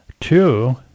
Two